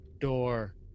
door